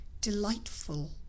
Delightful